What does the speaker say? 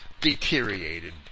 deteriorated